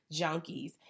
junkies